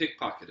pickpocketed